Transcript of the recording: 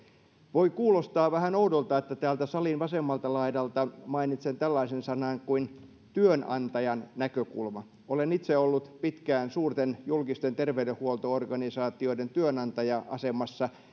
voi kuulostaa vähän oudolta että täältä salin vasemmalta laidalta mainitsen tällaiset sanat kuin kuin työnantajan näkökulma olen itse ollut pitkään suurten julkisten terveydenhuolto organisaatioiden työnantaja asemassa ja